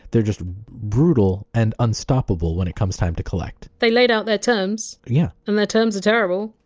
they're just brutal and unstoppable when it comes time to collect. they laid out their terms. yeah. and their terms are terrible.